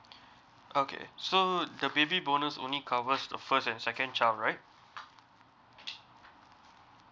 okay so the baby bonus only covers the first and second child right